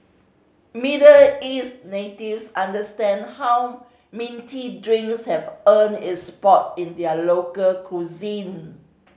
Middle East natives understand how minty drinks have earned its spot in their local cuisine